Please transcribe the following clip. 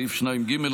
סעיף 2ג,